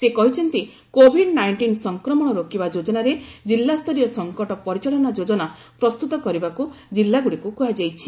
ସେ କହିଛନ୍ତି covid nineteen ସଂକ୍ରମଣ ରୋକିବା ଯୋଜନାରେ କିଲ୍ଲାସ୍ତରୀୟ ସଙ୍କଟ ପରିଚାଳନା ଯୋଜନା ପ୍ରସ୍ତୁତ କରିବାକୁ କିଲ୍ଲାଗୁଡ଼ିକୁ କୁହାଯାଇଛି